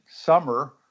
summer